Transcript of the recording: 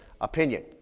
opinion